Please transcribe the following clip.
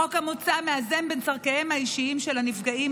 החוק המוצע מאזן בין צורכיהם האישיים של הנפגעים